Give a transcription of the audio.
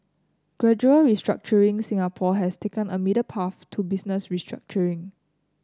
gradual restructuring Singapore has taken a middle path to business restructuring